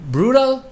Brutal